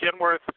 Kenworth